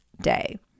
day